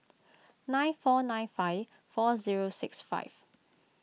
nine four nine five four zero six five